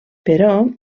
però